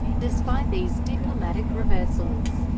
despite these diplomatic reversals,